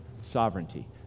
sovereignty